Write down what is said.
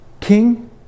king